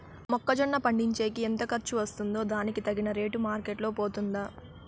మొక్క జొన్న పండించేకి ఎంత ఖర్చు వస్తుందో దానికి తగిన రేటు మార్కెట్ లో పోతుందా?